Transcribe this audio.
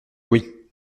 oui